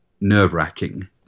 nerve-wracking